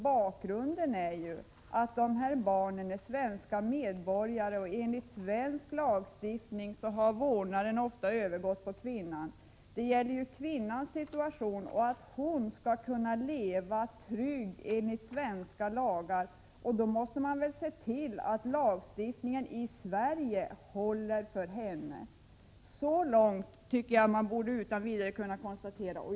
Bakgrunden är ju att barnen är svenska medborgare. Och enligt svensk lagstiftning har vårdnaden ofta övergått till kvinnan. Det gäller ju kvinnans situation. Hon skall kunna leva tryggt enligt svenska lagar. Då måste man väl se till att lagstiftningen i Sverige håller med tanke på henne. Detta borde man utan vidare kunna konstatera.